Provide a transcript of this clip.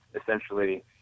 essentially